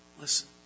Listen